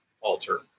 alter